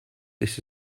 this